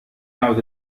يعد